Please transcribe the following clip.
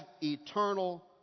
eternal